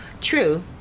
True